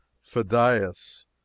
Phidias